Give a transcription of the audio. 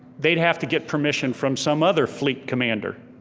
they'd have to get permission from some other fleet commander,